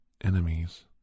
enemies